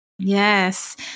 Yes